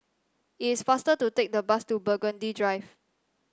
it is faster to take the bus to Burgundy Drive